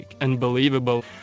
unbelievable